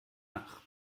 nach